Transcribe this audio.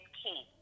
key